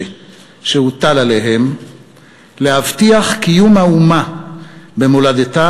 שהוטל עליהם להבטיח את קיום האומה במולדתה,